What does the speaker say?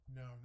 no